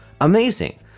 Amazing